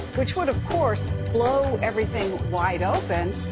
which would of course, blow everything wide open.